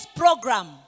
program